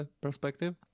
perspective